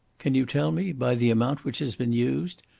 can you tell me, by the amount which has been used,